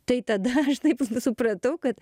tai tada aš taip supratau kad